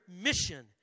mission